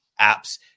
apps